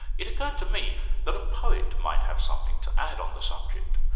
it occurred to me that a poet might have something to add on the subject,